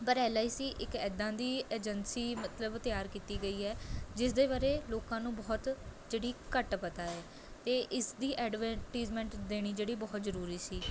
ਪਰ L I C ਇੱਕ ਇੱਦਾਂ ਦੀ ਏਜੰਸੀ ਮਤਲਬ ਤਿਆਰ ਕੀਤੀ ਗਈ ਹੈ ਜਿਸਦੇ ਬਾਰੇ ਲੋਕਾਂ ਨੂੰ ਬਹੁਤ ਜਿਹੜੀ ਘੱਟ ਪਤਾ ਏ ਅਤੇ ਇਸ ਦੀ ਐਡਵਰਟੀਜ਼ਮੈਂਟ ਦੇਣੀ ਜਿਹੜੀ ਬਹੁਤ ਜ਼ਰੂਰੀ ਸੀ